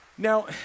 Now